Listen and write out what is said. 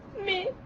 me